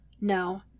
No